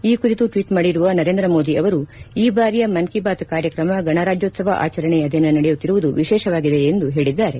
ಈ ಕುರಿತು ಟ್ವೀಟ್ ಮಾಡಿರುವ ನರೇಂದ್ರ ಮೊದಿ ಅವರು ಈ ಬಾರಿಯ ಮನ್ ಕೀ ಬಾತ್ ಕಾರ್ಯಕ್ರಮ ಗಣರಾಜ್ಗೋತ್ತವ ಆಚರಣೆಯ ದಿನ ನಡೆಯುತ್ತಿರುವುದು ವಿಶೇಷವಾಗಿದೆ ಎಂದು ಹೇಳಿದ್ದಾರೆ